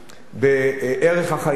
ערך החיים.